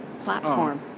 platform